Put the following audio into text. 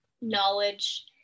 knowledge